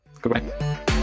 Goodbye